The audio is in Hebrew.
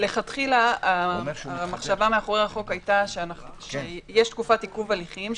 מלכתחילה המחשבה מאחורי החוק היתה שיש תקופת עיכוב הליכים,